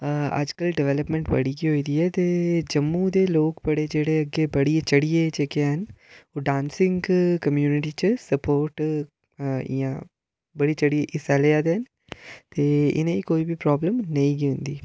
अजकल डैबल्पमैंट बड़ी गै होई दी ऐ ते जम्मू दे लोक बड़े जेह्ड़े अग्गें बड़ी चढ़ियै जेह्के हैन डांसिंग कमुनियटी च स्पोर्ट इ'यां बधी चढियै हिस्सा ले दे न ते इ'नेंगी कोई बी प्राबल्म नेईं गै होंदी